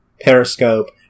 Periscope